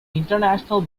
international